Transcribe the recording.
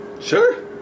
Sure